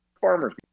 farmers